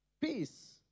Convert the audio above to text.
peace